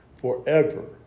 forever